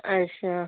अच्छा